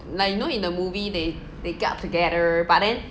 like you know in the movie they they got together but then